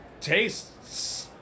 tastes